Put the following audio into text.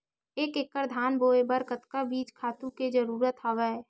एक एकड़ धान बोय बर कतका बीज खातु के जरूरत हवय?